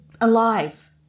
alive